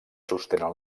sostenen